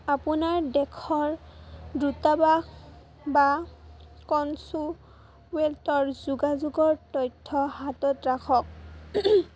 আপোনাৰ দেশৰ দুটা বাহ বা কনচুৱেটৰ যোগাযোগৰ তথ্য হাতত ৰাখক